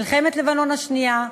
מלחמת לבנון השנייה,